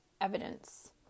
evidence